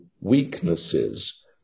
weaknesses